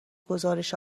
گزارش